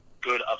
good